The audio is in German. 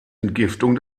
entgiftung